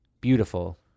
beautiful